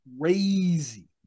Crazy